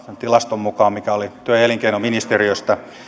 tämän tilaston mukaan mikä oli työ ja elinkeinoministeriöstä